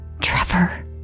Trevor